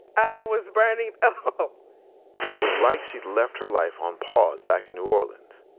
i was burning up it was like she'd left her life on pause back in new orleans.